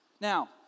Now